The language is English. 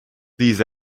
these